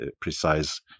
precise